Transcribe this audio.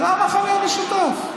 זה המכנה המשותף.